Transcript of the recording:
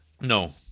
No